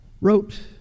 wrote